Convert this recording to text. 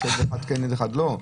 אז יש ילד אחד כן וילד אחד לא?